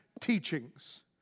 teachings